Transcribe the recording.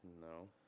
No